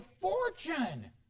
fortune